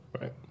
Right